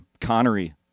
Connery